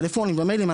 טלפונים ומיילים,